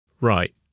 Right